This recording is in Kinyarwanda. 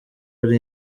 ari